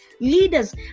leaders